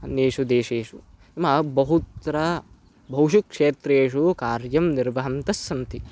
अन्येषु देशेषु नमा बहुत्र बहुषु क्षेत्रेषु कार्यं निर्वहन्तः सन्ति